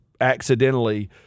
accidentally